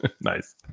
Nice